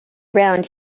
around